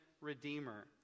redeemer